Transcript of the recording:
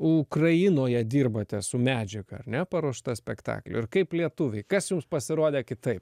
ukrainoje dirbate su medžiaga ar ne paruoštą spektaklį ir kaip lietuviai kas jums pasirodė kitaip